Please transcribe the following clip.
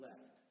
left